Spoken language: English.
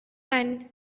and